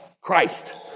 Christ